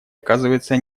оказывается